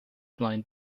blind